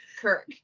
Kirk